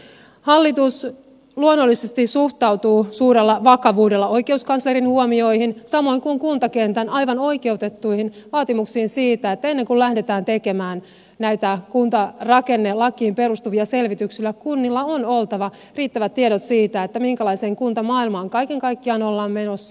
hallitus luonnollisesti suhtautuu suurella vakavuudella oikeuskanslerin huomioihin samoin kuin kuntakentän aivan oikeutettuihin vaatimuksiin siitä että ennen kuin lähdetään tekemään näitä kuntarakennelakiin perustuvia selvityksiä kunnilla on oltava riittävät tiedot siitä minkälaiseen kuntamaailmaan kaiken kaikkiaan ollaan menossa